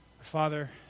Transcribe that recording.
Father